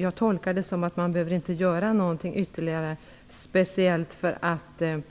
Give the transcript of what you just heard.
Jag tolkar det så att det inte behöver göras något speciellt ytterligare för att